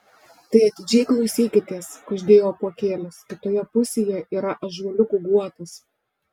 tai atidžiai klausykitės kuždėjo apuokėlis kitoje pusėje yra ąžuoliukų guotas